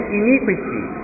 iniquity